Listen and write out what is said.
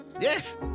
Yes